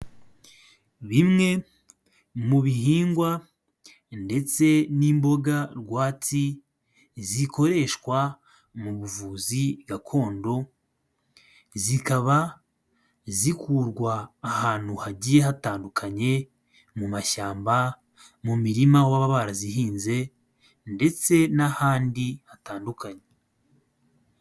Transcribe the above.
Bimwe mu bihingwa ndetse n'imboga rwatsi zikoreshwa mu buvuzi gakondo, zikaba zikurwa ahantu hagiye hatandukanye, mu mashyamba, mu mirima waba warazihinze, ndetse n'ahandi hatandukanye.